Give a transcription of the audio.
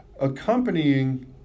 accompanying